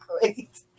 great